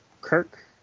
Kirk